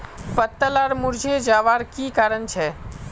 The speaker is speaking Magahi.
पत्ता लार मुरझे जवार की कारण छे?